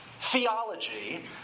theology